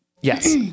Yes